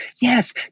yes